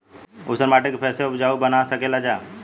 ऊसर माटी के फैसे उपजाऊ बना सकेला जा?